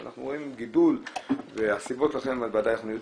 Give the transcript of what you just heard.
אנחנו רואים גידול והסיבות לכך אנחנו יודעים,